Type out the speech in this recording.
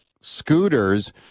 scooters